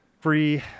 Free